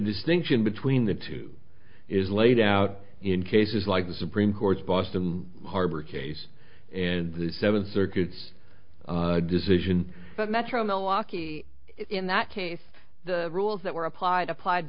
distinction between the two is laid out in cases like the supreme court's boston harbor case and the seven circuits decision but metro milwaukee in that case the rules that were applied applied